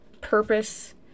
purpose